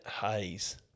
haze